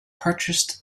purchased